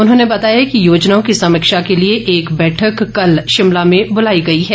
उन्होंने बताया कि योजनाओं की समीक्षा के लिए एक बैठक कल शिमला में बुलाई गई है